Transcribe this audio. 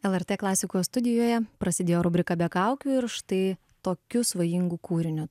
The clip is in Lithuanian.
lrt klasikos studijoje prasidėjo rubrika be kaukių ir štai tokiu svajingu kūriniu